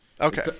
Okay